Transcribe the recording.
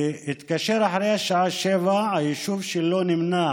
הוא התקשר אחרי השעה 19:00, היישוב שלו נמנה